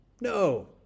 No